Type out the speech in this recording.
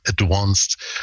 advanced